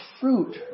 fruit